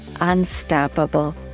unstoppable